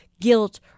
guilt